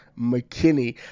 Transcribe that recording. McKinney